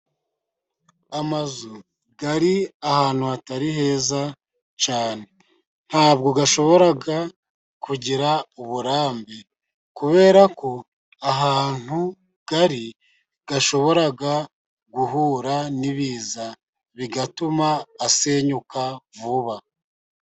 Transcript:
Amazu ari ahantu hatari heza cyane ntabwo ashobora kugira uburambe, kuberako ahantu ari ashobora guhura n'ibiza, bigatuma asenyuka vuba.